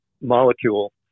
molecule